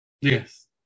Yes